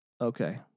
okay